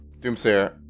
Doomsayer